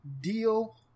deal